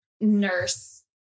nurse